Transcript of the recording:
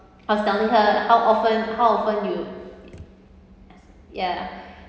I was telling her how often how often you ya